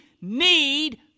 need